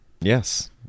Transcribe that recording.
Yes